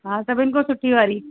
हा सभिनि खां सुठी वारी